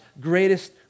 greatest